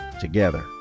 together